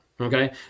Okay